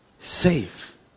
safe